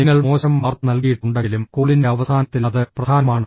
നിങ്ങൾ മോശം വാർത്ത നൽകിയിട്ടുണ്ടെങ്കിലും കോളിന്റെ അവസാനത്തിൽ അത് പ്രധാനമാണ്